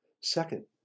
Second